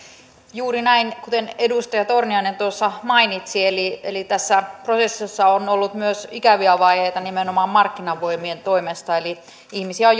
juuri näin kuten edustaja torniainen tuossa mainitsi tässä prosessissa on ollut myös ikäviä vaiheita nimenomaan markkinavoimien toimesta eli ihmisiä on